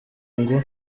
ngo